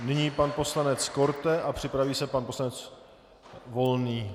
Nyní pan poslanec Korte a připraví se pan poslanec Volný.